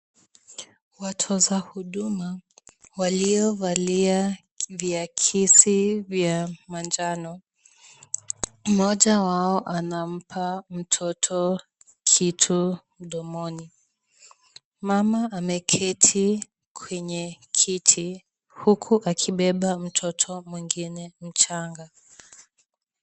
Watoza huduma waliovalia viakisi vya manjano, mmoja wao anampa mtoto kitu mdomoni. Mama ameketi kwenye kiti huku akibeba mtoto mwingine mchanga.